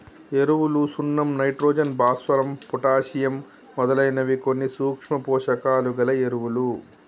ఎరువులు సున్నం నైట్రోజన్, భాస్వరం, పొటాషియమ్ మొదలైనవి కొన్ని సూక్ష్మ పోషకాలు గల ఎరువులు